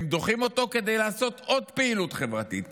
הם דוחים אותו כדי לעשות עוד פעילות חברתית,